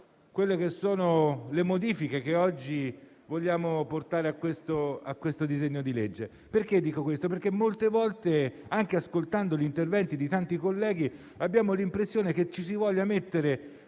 affrontare le modifiche che oggi vogliamo portare al disegno di legge in esame. Dico questo perché molte volte, anche ascoltando gli interventi di tanti colleghi, abbiamo l'impressione che ci si voglia mettere